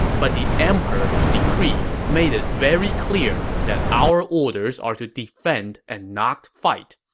but the emperor's decree made it very clear that our orders are to defend and not fight.